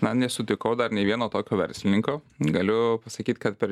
na nesutikau dar nei vieno tokio verslininko galiu pasakyt kad per